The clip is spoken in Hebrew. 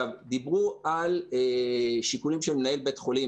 דיברו על שיקולים של מנהל בית חולים,